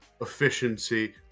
efficiency